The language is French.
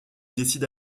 décide